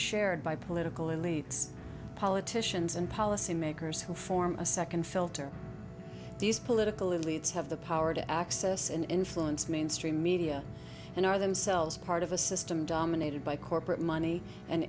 shared by political elites politicians and policymakers who form a second filter these political elites have the power to access and influence mainstream media and are themselves part of a system dominated by corporate money an